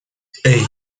hey